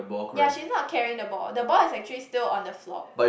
yea she is not carrying the ball the ball is actually still on the floor